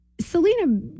Selena